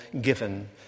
given